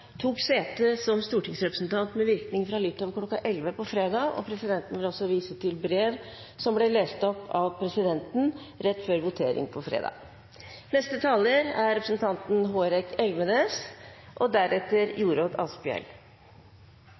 tok sete som stortingsrepresentant med virkning fra litt over kl. 11 på fredag. Presidenten vil også vise til brev som ble lest opp av presidenten rett før votering på fredag.